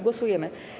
Głosujemy.